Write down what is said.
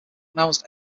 announced